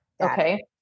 okay